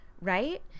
right